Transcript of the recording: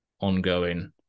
ongoing